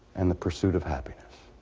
and the pursuit of happiness.